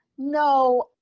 No